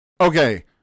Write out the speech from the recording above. Okay